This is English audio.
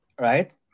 right